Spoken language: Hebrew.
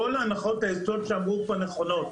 כל הנחות היסוד שאמרו פה נכונות,